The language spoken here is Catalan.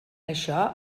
això